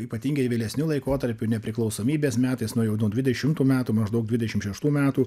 ypatingai vėlesniu laikotarpiu nepriklausomybės metais nuo jau nuo dvidešimtų metų maždaug dvidešim šeštų metų